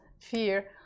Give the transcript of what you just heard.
fear